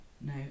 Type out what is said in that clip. No